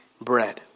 bread